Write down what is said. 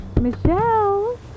Michelle